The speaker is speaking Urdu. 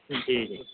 جی جی